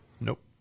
Nope